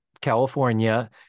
california